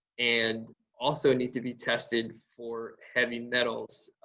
and also need to be tested for heavy metals.